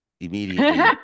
immediately